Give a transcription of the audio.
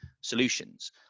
solutions